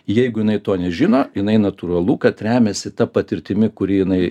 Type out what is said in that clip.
jeigu jinai to nežino jinai natūralu kad remiasi ta patirtimi kurį jinai